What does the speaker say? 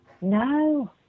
No